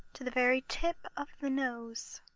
to the very tip of the nose.